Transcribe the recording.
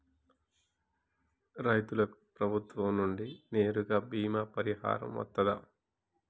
రైతులకు ప్రభుత్వం నుండి నేరుగా బీమా పరిహారం వత్తదా?